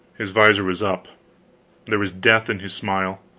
his visor was up there was death in his smile.